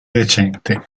recente